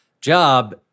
job